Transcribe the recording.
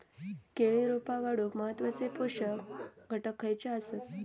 केळी रोपा वाढूक महत्वाचे पोषक घटक खयचे आसत?